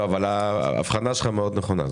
האבחנה שלך מאוד נכונה.